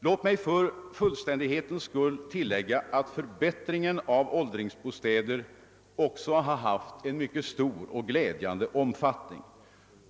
Låt mig för fullständighetens skull tillägga att förbätt ringen av åldringsbostäder också haft en mycket stor och glädjande omfattning.